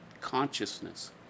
consciousness